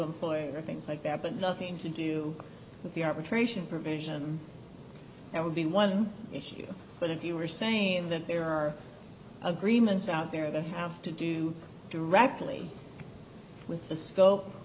employ things like that but nothing to do with the arbitration provision that would be one here but if you are saying that there are agreements out there that have to do directly with the s